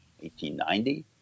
1890